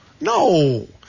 No